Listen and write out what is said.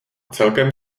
celkem